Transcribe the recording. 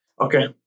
Okay